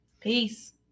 peace